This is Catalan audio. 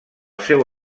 seu